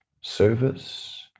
service